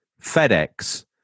FedEx